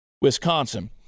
Wisconsin